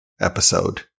episode